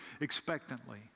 expectantly